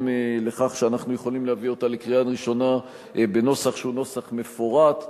אנחנו יכולים להביא אותה לקריאה ראשונה בנוסח שהוא נוסח מפורט,